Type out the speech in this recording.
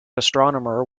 astronomer